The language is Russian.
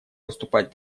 выступать